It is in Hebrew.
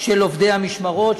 של עובדי המשמרות.